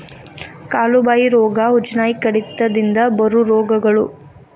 ಕಾಲು ಬಾಯಿ ರೋಗಾ, ಹುಚ್ಚುನಾಯಿ ಕಡಿತದಿಂದ ಬರು ರೋಗಗಳು